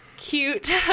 cute